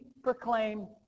proclaim